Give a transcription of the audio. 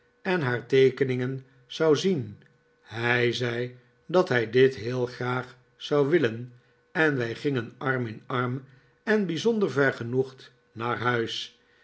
en haar teekeningen zou zien hij zei dat hij dit heel graag zou willen en wij gingen arm in arm en bijzonder vergenoegd naar huis